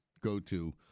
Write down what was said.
go-to